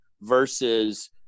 versus